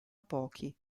pochi